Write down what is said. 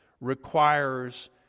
requires